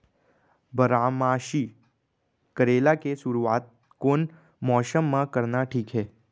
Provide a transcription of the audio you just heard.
बारामासी करेला के शुरुवात कोन मौसम मा करना ठीक हे?